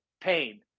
pain